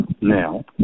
now